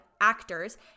actors